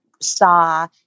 saw